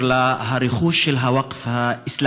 בנושא הרכוש של הווקף האסלאמי.